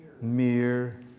mere